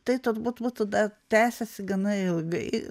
tai turbūt būtų dar tęsiasi gana ilgai